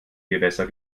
gewässer